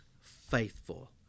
faithful